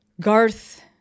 Garth